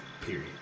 period